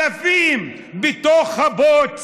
אלפים בתוך הבוץ,